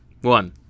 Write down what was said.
One